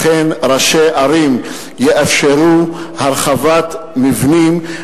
אכן ראשי ערים יאפשרו הרחבת מבנים.